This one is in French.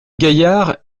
gaillard